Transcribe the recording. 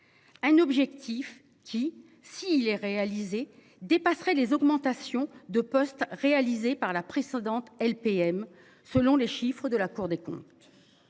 Un objectif qui si il est réalisé dépasserait les augmentations de postes réalisées par la précédente LPM, selon les chiffres de la Cour des comptes.